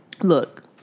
Look